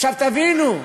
עכשיו, תבינו,